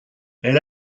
elle